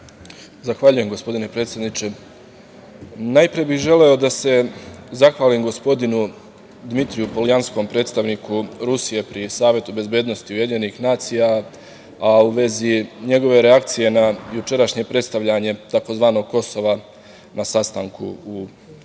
Zahvaljujem, gospodine predsedniče. Najpre bih želeo da se zahvalim gospodinu Dimitriju Poljanskom, predstavniku Rusije pri Savetu bezbednosti UN, a u vezi njegove reakcije na jučerašnje predstavljanje tzv. Kosova na sastanku u UN.